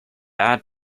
add